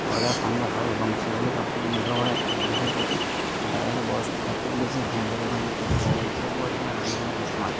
করে দেওয়া সম্ভব হয় এবং সেগুলো সব কিছু নির্ভর করে একটা মানুষের প্রতি এবং তারা যেন বয়স্কদের সবথেকে বেশি ধ্যান রাখে এবং তাদের বয় শেষ বয়সে যেন তাদের কোনো কষ্ট না থাকে